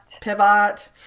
Pivot